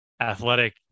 athletic